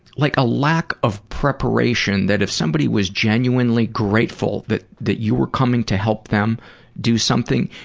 like a lack of preparation that if somebody was genuinely grateful that that you were coming to help them do something,